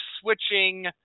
switching